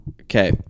Okay